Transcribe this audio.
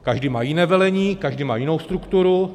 Každý má jiné velení, každý má jinou strukturu.